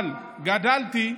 אבל גדלתי,